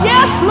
Yes